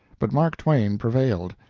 but mark twain prevailed.